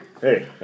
Hey